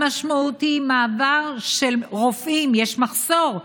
המשמעות היא מעבר של רופאים, יש מחסור,